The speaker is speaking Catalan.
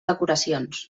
decoracions